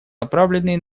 направленные